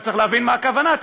כשביקשתי לבדוק מה קרה,